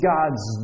God's